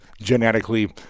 genetically